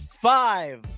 five